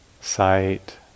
Sight